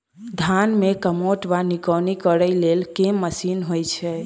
धान मे कमोट वा निकौनी करै लेल केँ मशीन होइ छै?